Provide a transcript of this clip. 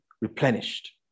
replenished